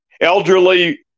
elderly